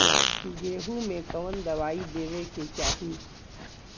गेहूँ मे कवन दवाई देवे के चाही?